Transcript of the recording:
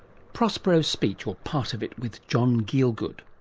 prospero's speech, or part of it, with john gielgud,